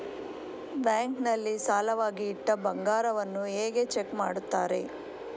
Bank ನಲ್ಲಿ ಸಾಲವಾಗಿ ಇಟ್ಟ ಬಂಗಾರವನ್ನು ಹೇಗೆ ಚೆಕ್ ಮಾಡುತ್ತಾರೆ?